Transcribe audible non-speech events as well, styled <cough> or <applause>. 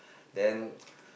then <noise>